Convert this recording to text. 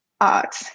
art